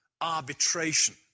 arbitration